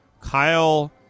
Kyle